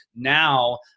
Now